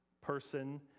person